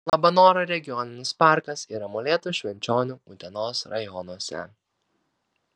labanoro regioninis parkas yra molėtų švenčionių utenos rajonuose